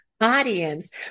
audience